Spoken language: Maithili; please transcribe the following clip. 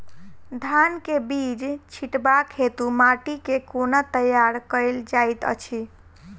धान केँ बीज छिटबाक हेतु माटि केँ कोना तैयार कएल जाइत अछि?